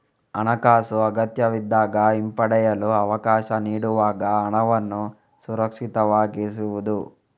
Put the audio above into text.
ಹಣಾಕಾಸು ಅಗತ್ಯವಿದ್ದಾಗ ಹಿಂಪಡೆಯಲು ಅವಕಾಶ ನೀಡುವಾಗ ಹಣವನ್ನು ಸುರಕ್ಷಿತವಾಗಿರಿಸುವುದು